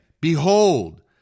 behold